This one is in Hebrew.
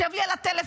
שב לי על הטלפון,